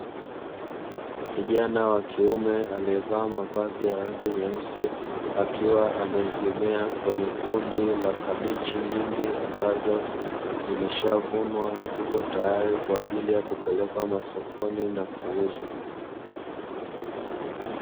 Kijana wa kiume aliyevaa mavazi ya rangi nyeusi akiwa ameegemea kwenye kundi la kabichi nyingi, ambazo zimeshavunwa zipo tayari kwa ajili ya kupelekwa masokoni na kuuzwa.